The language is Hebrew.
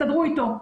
תסתדרו אתו,